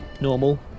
normal